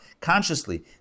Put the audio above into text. Consciously